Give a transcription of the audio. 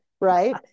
Right